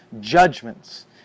judgments